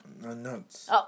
Nuts